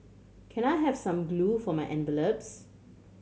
can I have some glue for my envelopes